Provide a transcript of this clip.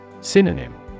Synonym